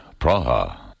Praha. (